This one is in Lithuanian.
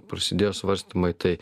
prasidėjo svarstymai tai